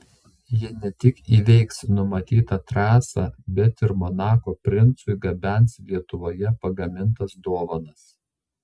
jie ne tik įveiks numatytą trasą bet ir monako princui gabens lietuvoje pagamintas dovanas